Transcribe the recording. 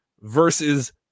versus